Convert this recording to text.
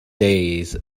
days